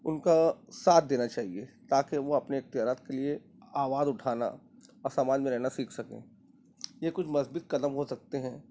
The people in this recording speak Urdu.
ان کا ساتھ دینا چاہیے تاکہ وہ اپنے اختیارات کے لیے آواز اٹھانا اور سماج میں رہنا سیکھ سکیں یہ کچھ مثبت قدم ہو سکتے ہیں